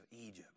Egypt